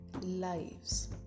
lives